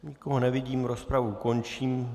Nikoho nevidím, rozpravu končím.